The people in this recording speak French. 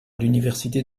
l’université